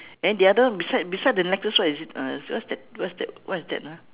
and then the other beside beside the necklace what is it uh what's that what's that what is that ah